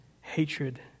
hatred